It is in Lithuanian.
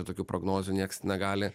tokių prognozių nieks negali